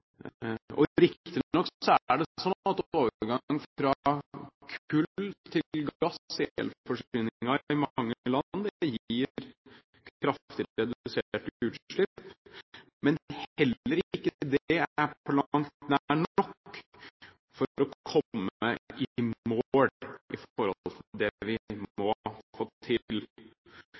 sånn at overgang fra kull til gass i elforsyningen i mange land gir kraftig redusert utslipp, men det er ikke på langt nær nok for å komme i mål med det vi